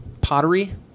pottery